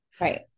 Right